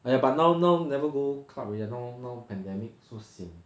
!aiya! but now now never go club already lah now now pandemic so sian